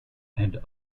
and